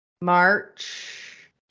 March